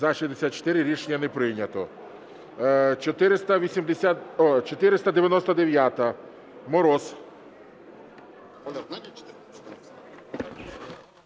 За-64 Рішення не прийнято. 499-а. Мороз.